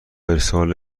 ارسال